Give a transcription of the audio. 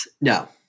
No